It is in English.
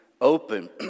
open